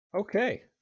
Okay